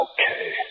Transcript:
Okay